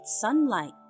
sunlight